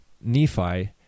Nephi